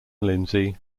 lindsay